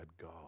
God